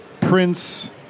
Prince